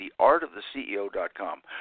theartoftheceo.com